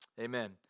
Amen